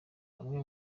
amwe